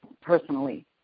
personally